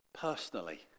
personally